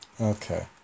Okay